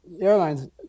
airlines